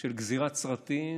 של גזירת סרטים,